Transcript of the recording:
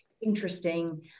interesting